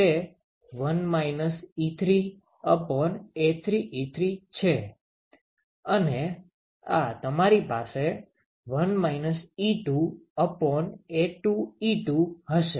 તે 1 3A33 છે અને આ તમારી પાસે 1 2A22 હશે